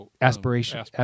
Aspiration